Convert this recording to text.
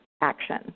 action